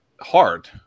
hard